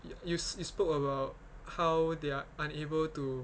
you s~ you spoke about how they are unable to